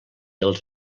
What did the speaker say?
els